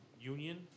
union